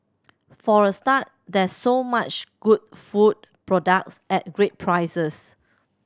for a start there's so much good food products at great prices